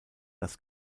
das